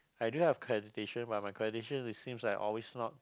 I did have accreditation but my accreditation is seems like always not